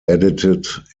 edited